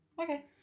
Okay